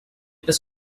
this